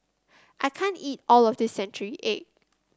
I can't eat all of this Century Egg